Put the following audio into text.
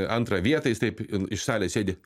antrą vietą jis taip iš salės sėdi